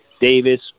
Davis